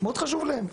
מאוד חשוב להם,